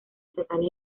estatales